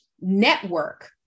network